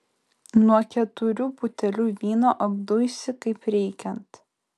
nuo keturių butelių vyno apduisi kaip reikiant